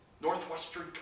Northwestern